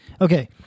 Okay